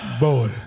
Boy